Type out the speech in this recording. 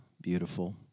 beautiful